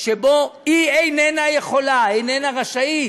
שבו היא איננה יכולה, איננה רשאית,